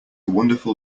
wonderful